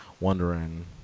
wondering